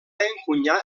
encunyar